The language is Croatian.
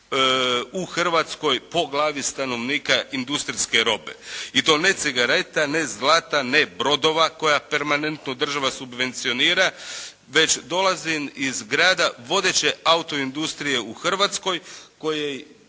u Hrvatskoj po glavi stanovnika industrijske robe i to ne cigareta, ne zlata, ne brodova koja permanentno država subvencionira, već dolazim iz grada vodeće autoindustrije u Hrvatskoj koja